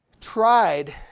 tried